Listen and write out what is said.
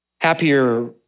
Happier